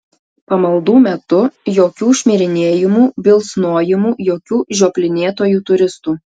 pamaldų metu jokių šmirinėjimų bilsnojimų jokių žioplinėtojų turistų